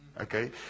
okay